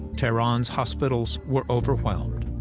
tehran's hospitals were overwhelmed.